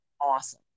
awesome